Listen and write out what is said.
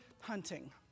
hunting